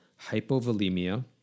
hypovolemia